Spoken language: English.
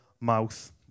mouth